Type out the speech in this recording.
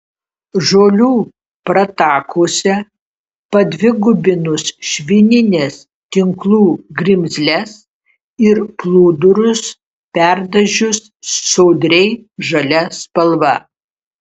žolių pratakose padvigubinus švinines tinklų grimzles ir plūdurus perdažius sodriai žalia spalva